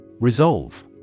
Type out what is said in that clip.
Resolve